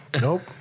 Nope